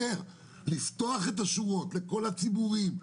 לפתוח את השורות לכל הציבורים,